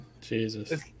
Jesus